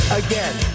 again